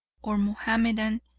or mahomedan,